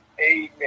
Amen